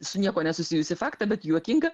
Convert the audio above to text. su niekuo nesusijusį faktą bet juokingą